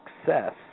success